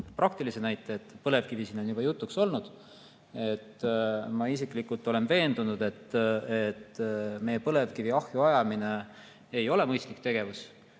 praktilise näite. Põlevkivi on siin juba jutuks olnud. Ma isiklikult olen veendunud, et meie põlevkivi ahju ajamine ei ole mõistlik tegevus,